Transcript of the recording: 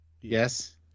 Yes